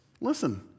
Listen